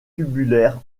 tubulaires